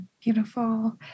Beautiful